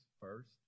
first